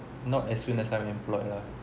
not as soon as I'm employed lah